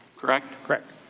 correct? correct?